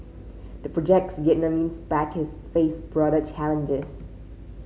the project's Vietnamese backers face broader challenges